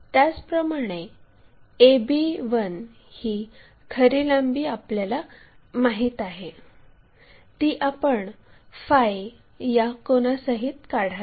त्याचप्रमाणे ab1 ही खरी लांबी आपल्याला माहित आहे ती आपण फाय या कोनासहित काढावी